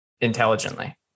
intelligently